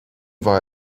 war